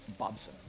Bobson